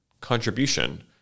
contribution